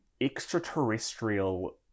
extraterrestrial